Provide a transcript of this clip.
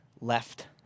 left